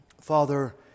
Father